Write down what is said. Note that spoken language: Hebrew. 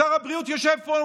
שר הבריאות יושב פה.